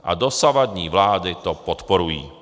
A dosavadní vlády to podporují.